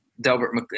Delbert